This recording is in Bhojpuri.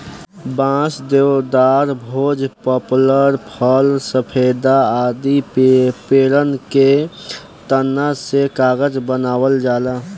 बांस, देवदार, भोज, पपलर, फ़र, सफेदा आदि पेड़न के तना से कागज बनावल जाला